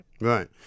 Right